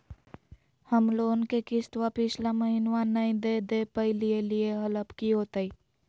हम लोन के किस्तवा पिछला महिनवा नई दे दे पई लिए लिए हल, अब की होतई?